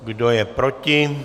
Kdo je proti?